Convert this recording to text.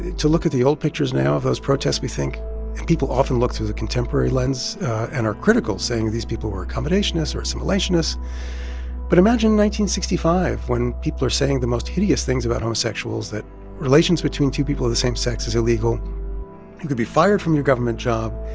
to look at the old pictures now of those protests, we think and people often look through the contemporary lens and are critical, saying these people were accommodationist or assimilationist but imagine one thousand five, when people are saying the most hideous things about homosexuals, that relations between two people of the same sex is illegal. you could be fired from your government job.